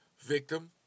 victim